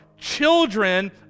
children